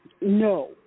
No